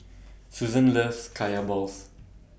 Susan loves Kaya Balls